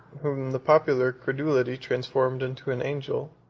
whom the popular credulity transformed into an angel,